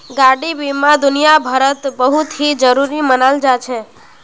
गाडी बीमा दुनियाभरत बहुत ही जरूरी मनाल जा छे